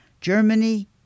Germany